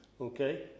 okay